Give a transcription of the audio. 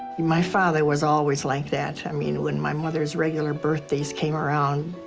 my father was always like that. i mean, when my mother's regular birthdays came around,